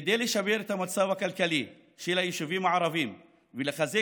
כדי לשפר את המצב הכלכלי של היישובים הערביים ולחזק